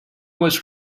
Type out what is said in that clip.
was